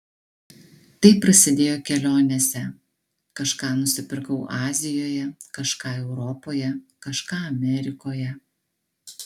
tai prasidėjo kelionėse kažką nusipirkau azijoje kažką europoje kažką amerikoje